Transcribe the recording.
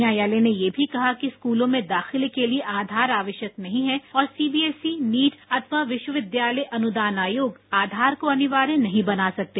न्यायालय ने यह भी कहा कि स्कूलों में दाखिले के लिए आघार आवश्यक नहीं है और C B S E NEET अथवा विश्वविद्यालय अनुदान आयोग आधार को अनिवार्य नहीं बना सकते